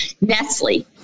Nestle